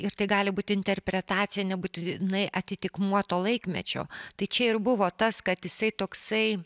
ir tai gali būti interpretacija nebūtinai atitikmuo to laikmečio tai čia ir buvo tas kad jisai toksai